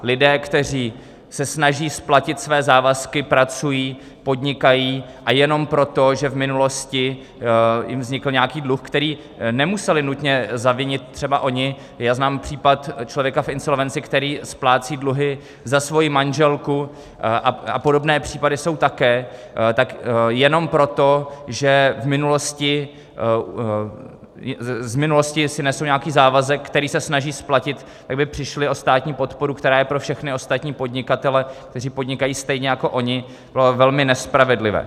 Lidé, kteří se snaží splatit své závazky, pracují, podnikají, a jen proto, že v minulosti jim vznikl nějaký dluh, který nemuseli nutně zavinit třeba oni znám případ člověka v insolvenci, který splácí dluhy za svoji manželku, a podobné případy jsou také tak jen proto, že si z minulosti nesou nějaký závazek, který se snaží splatit, by přišli o státní podporu, která je pro všechny ostatní podnikatele, kteří podnikají stejně jako oni, velmi nespravedlivé.